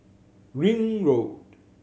Ring Road